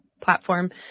platform